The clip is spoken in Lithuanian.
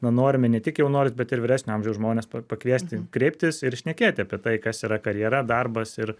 na norime ne tik jau noris bet ir vyresnio amžiaus žmones pa pakviesti kreiptis ir šnekėti apie tai kas yra karjera darbas ir